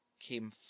came